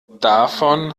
davon